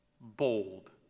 bold